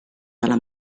dalla